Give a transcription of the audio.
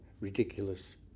ridiculous